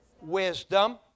wisdom